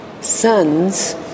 sons